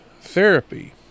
therapy